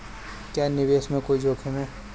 क्या निवेश में कोई जोखिम है?